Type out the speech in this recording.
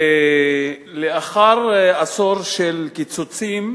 לאחר עשור של קיצוצים,